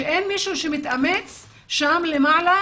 שאין מישהו שמתאמץ שם למעלה,